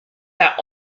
that